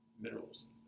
minerals